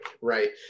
Right